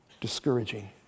discouraging